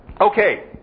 Okay